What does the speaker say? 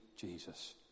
Jesus